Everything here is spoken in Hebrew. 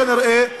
כנראה,